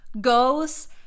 goes